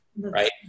right